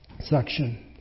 section